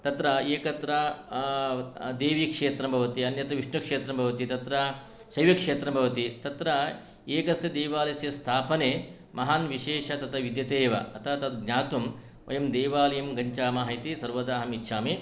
तत्र एकत्र देवीक्षेत्रं भवति अन्यत् विष्णुक्षेत्रं भवति तत्र शैवक्षेत्रं भवति तत्र एकस्य देवालयस्य स्थापने महान् विशेषः तत्र विद्यते एव अतः तत् ज्ञातुम् वयं देवालयं गच्छामः इति सर्वदा अहम् इच्छामि